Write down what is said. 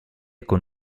con